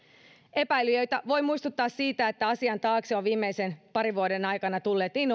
epäilijöitä voi muistuttaa siitä että asian taakse ovat viimeisen parin vuoden aikana tulleet